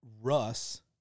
Russ